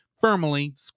firmly